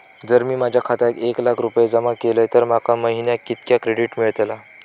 जर मी माझ्या खात्यात एक लाख रुपये जमा केलय तर माका महिन्याक कितक्या क्रेडिट मेलतला?